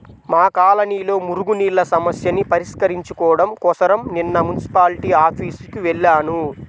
మా కాలనీలో మురుగునీళ్ళ సమస్యని పరిష్కరించుకోడం కోసరం నిన్న మున్సిపాల్టీ ఆఫీసుకి వెళ్లాను